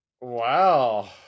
Wow